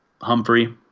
Humphrey